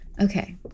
okay